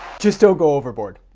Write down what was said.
just don't go overboard,